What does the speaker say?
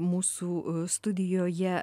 mūsų studijoje